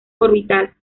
orbital